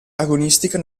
agonistica